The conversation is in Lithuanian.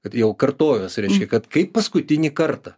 kad jau kartojuos reiškia kad kai paskutinį kartą